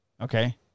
Okay